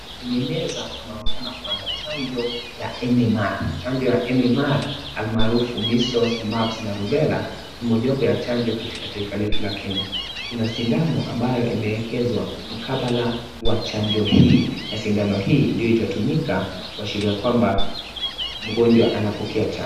Kwenye meza wanaonikana kuwa na chanjo ya MMR, chanjo ya MMR, almarufu measles, mumps, na rubella, mojawapo ya chanjo katika taifa letu la Kenya. Kuna sindano ambayo imeekezwa mkabala wa chanjo hii, na sindano hii ndiyo itatumika kuashiria kwamba mgonjwa anapokea chanjo.